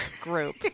group